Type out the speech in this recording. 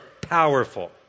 powerful